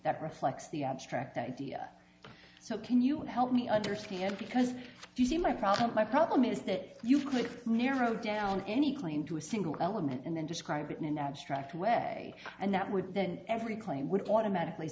that reflects the abstract idea so can you help me understand because you see my problem my problem is that you could narrow down any claim to a single element and then describe it in an abstract way and that would then every claim would automatically